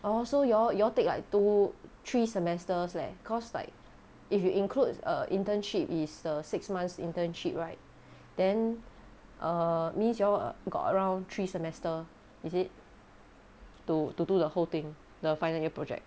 orh so you all you all take like two three semesters leh cause like if it includes err internship is the six months internship right then err means you all got around three semester is it to to do the whole thing the final year project